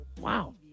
Wow